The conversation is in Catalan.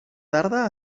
tarda